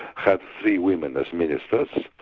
had three women as ministers,